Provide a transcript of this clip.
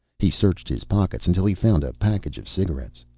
he searched his pockets until he found a package of cigarettes.